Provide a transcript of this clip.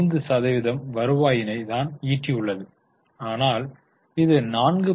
5 சதவிகிதம் வருவாயினை தான் ஈட்டியுள்ளது ஆனால் இது 4